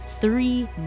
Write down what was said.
three